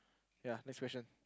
ya next question